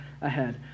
ahead